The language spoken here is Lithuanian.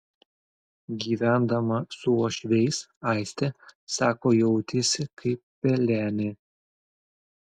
gyvendama su uošviais aistė sako jautėsi kaip pelenė